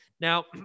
Now